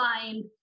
find